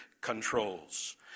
controls